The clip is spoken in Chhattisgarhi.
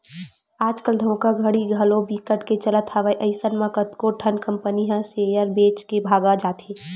आज कल धोखाघड़ी घलो बिकट के चलत हवय अइसन म कतको ठन कंपनी ह सेयर बेच के भगा जाथे